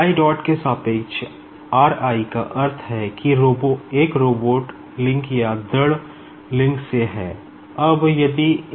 i dot के सापेक्ष r i का अर्थ है कि एक रोबोट लिंक या दृढ़ लिंक से है